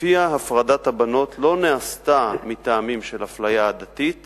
שלפיה הפרדת הבנות לא נעשתה מטעמים של אפליה עדתית